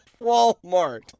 Walmart